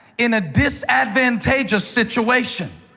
in a disadvantageous situation.